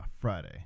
Friday